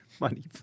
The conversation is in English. Money